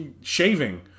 shaving